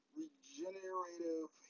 regenerative